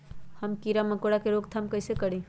हम किरा मकोरा के रोक थाम कईसे करी?